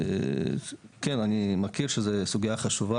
וכן אני מכיר שזו סוגיה חשובה